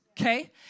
okay